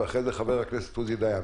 ואחרי זה חבר הכנסת עוזי דיין.